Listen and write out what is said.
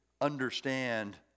understand